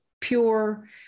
pure